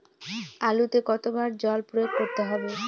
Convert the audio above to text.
আলুতে কতো বার জল প্রয়োগ করতে হবে?